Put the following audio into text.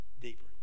deeper